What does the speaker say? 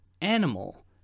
animal